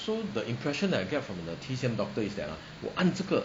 so the impression that I get from the T_C_M doctor is that ah 我按这个